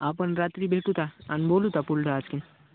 आपण रात्री भेटू अन् बोलू पुढलं आणखी